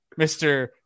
Mr